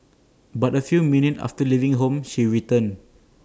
but A few minutes after leaving home she returned